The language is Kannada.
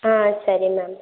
ಹಾಂ ಸರಿ ಮ್ಯಾಮ್